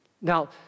Now